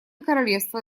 королевство